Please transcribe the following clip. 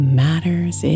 matters